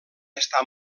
estar